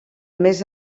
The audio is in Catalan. més